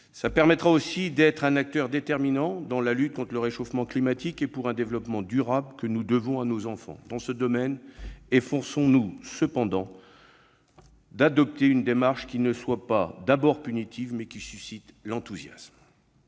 nous permettra d'être un acteur déterminant dans la lutte contre le réchauffement climatique et en faveur du développement durable que nous devons à nos enfants. Dans ce domaine, efforçons-nous cependant d'adopter une démarche qui ne soit pas d'abord punitive, mais qui suscite plutôt l'enthousiasme.